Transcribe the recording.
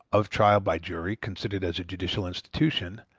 of trial by jury, considered as a judicial institution,